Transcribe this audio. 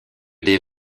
des